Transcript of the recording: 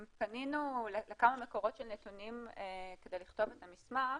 אנחנו פנינו לכמה מקורות של נתונים כדי לכתוב את המסמך.